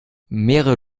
mehrere